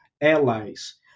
allies